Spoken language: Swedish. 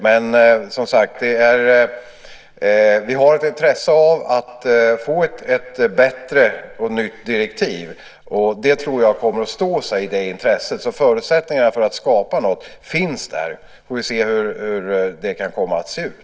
Vi har, som sagt, ett intresse av att få ett bättre och nytt direktiv, och jag tror att det intresset kommer att stå sig. Förutsättningarna finns alltså för att skapa något. Sedan får vi se hur det kan komma att se ut.